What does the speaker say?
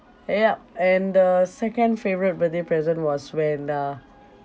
yup and the second favourite birthday present was when uh